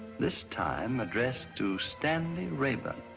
this time addressed to stanley raeburn.